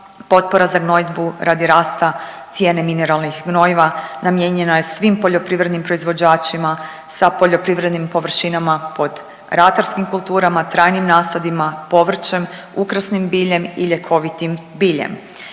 potpora za gnojidbu radi rasta cijene mineralnih gnojiva namijenjena je svim poljoprivrednim proizvođačima sa poljoprivrednim površinama pod ratarskim kulturama, trajnim nasadima, povrćem, ukrasnim biljem i ljekovitim biljem.